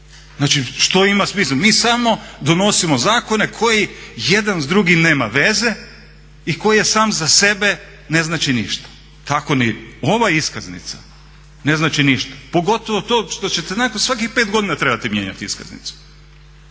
Znači što ima smisla. Mi samo donosimo zakone koji jedan s drugim nema veze i koji sam za sebe ne znači ništa. Tako ni ova iskaznica ne znači ništa. Pogotovo to što ćete nakon svakih 5 godina trebati mijenjati iskaznicu.